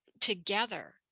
together